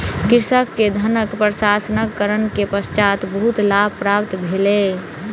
कृषक के धानक प्रसंस्करण के पश्चात बहुत लाभ प्राप्त भेलै